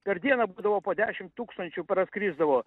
per dieną būdavo po dešim tūkstančių praskrisdavo